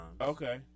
Okay